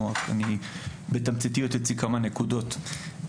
אני אציג בתמציתיות כמה נקודות.